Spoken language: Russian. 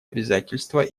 обязательства